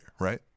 right